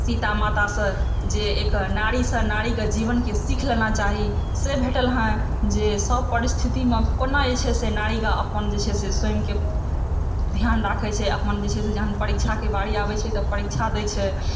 सीता मातासँ जे एक नारीसँ नारी कऽ जीवनके सीख लेना चाही से भेटल हँ जे सभ परिस्थितिमे कोना जे छै से नारीके अपन जे छै से स्वयंके ध्यान राखै छै अपन जे छै से जहन परीक्षाक बारी आबै छै तऽ परीक्षा देै छै